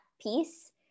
piece